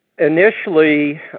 Initially